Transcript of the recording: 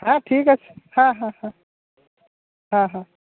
হ্যাঁ ঠিক আছে হ্যাঁ হ্যাঁ হ্যাঁ হ্যাঁ হ্যাঁ